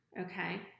Okay